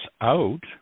out